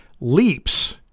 leaps